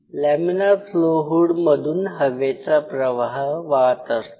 laminar flow hood मधून हवेचा प्रवाह वाहत असतो